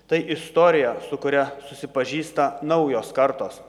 tai istorija su kuria susipažįsta naujos kartos